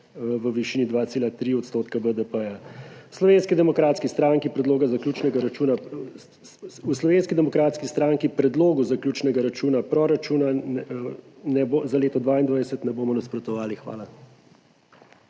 v višini 2,3 % BDP. V Slovenski demokratski stranki predlogu zaključnega računa proračuna za leto 2022 ne bomo nasprotovali. Hvala.